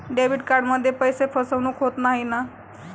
Debit कार्डमध्ये पैसे फसवणूक होत नाही ना?